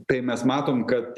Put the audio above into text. tai mes matom kad